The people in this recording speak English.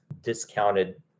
discounted